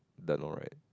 don't know right